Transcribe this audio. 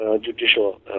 judicial